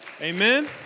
Amen